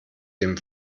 dem